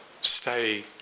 stay